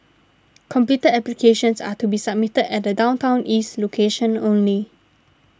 completed applications are to be submitted at the Downtown East location only